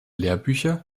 lehrbücher